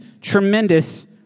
tremendous